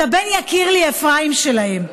את "הבן יקיר לי אפרים" שלהם,